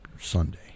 Sunday